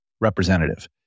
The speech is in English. representative